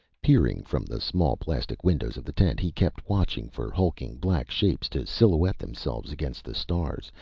peering from the small plastic windows of the tent, he kept watching for hulking black shapes to silhouette themselves against the stars.